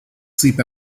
sleep